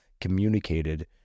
communicated